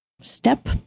step